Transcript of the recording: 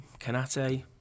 Canate